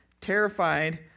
terrified